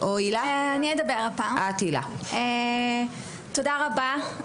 תודה רבה.